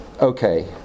Okay